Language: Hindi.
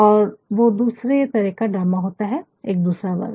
और वो दूसरे तरह का ड्रामा होता है एक दूसरा वर्ग